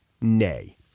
Nay